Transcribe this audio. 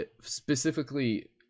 specifically